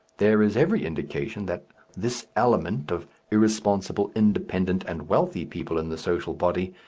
there is every indication that this element of irresponsible, independent, and wealthy people in the social body,